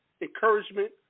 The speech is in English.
encouragement